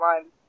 line